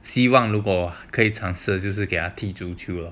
希望如果可以尝试就踢足球 loh